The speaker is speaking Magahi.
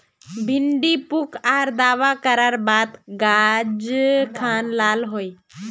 भिन्डी पुक आर दावा करार बात गाज खान लाल होए?